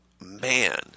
man